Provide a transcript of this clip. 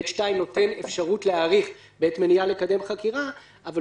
13(ב2) נותן אפשרות להאריך בעת מניעה לקדם חקירה אבל